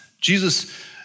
Jesus